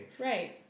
right